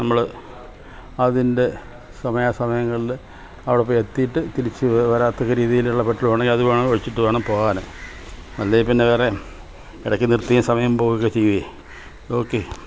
നമ്മള് അതിന്റെ സമയാസമയങ്ങളില് അവിടെപ്പോയെത്തിയിട്ട് തിരിച്ചു വരാത്തക്ക രീതിയിലുള്ള പെട്രോളാണെങ്കില് അത് വേണം ഒഴിച്ചിട്ട് വേണം പോകാന് അല്ലെങ്കില് പിന്നെ വേറെ ഇടയ്ക്കു നിർത്തിയും സമയം പോകുകയുമൊക്കെ ചെയ്യേ ഓക്കേ